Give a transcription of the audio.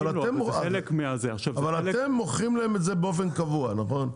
אבל אתם מוכרים להם את זה באופן קבוע, נכון?